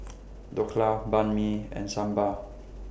Dhokla Banh MI and Sambar